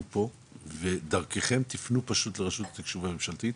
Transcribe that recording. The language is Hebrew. פה ודרככם תפנו פשוט לרשות התקשוב הממשלתית,